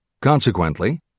Consequently